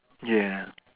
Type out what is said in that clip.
ya